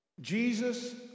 Jesus